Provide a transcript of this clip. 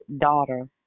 daughter